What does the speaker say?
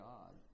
God